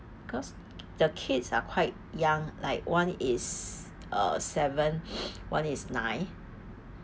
cause the kids are quite young like one is uh seven one is nine